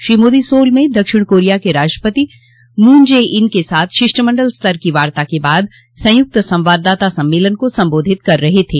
Shri Modi Seoul में दक्षिण Korea के राष्ट्रापति मून जे इन के साथ शिष्टमंडल स्तर की वार्ता के बाद संयुक्त संवाददाता सम्मेलन को संबोधित कर रहे थे